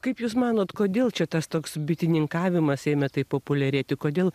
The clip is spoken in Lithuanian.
kaip jūs manot kodėl čia tas toks bitininkavimas ėmė taip populiarėti kodėl